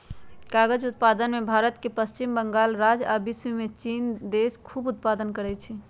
कागज़ उत्पादन में भारत के पश्चिम बंगाल राज्य आ विश्वमें चिन देश खूब उत्पादन करै छै